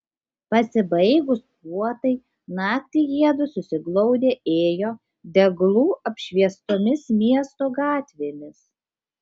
pasibaigus puotai naktį jiedu susiglaudę ėjo deglų apšviestomis miesto gatvėmis